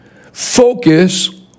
Focus